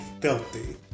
filthy